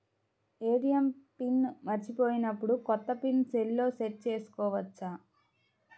ATM pin మరచిపోయినప్పుడు, కొత్త pin సెల్లో సెట్ చేసుకోవచ్చా?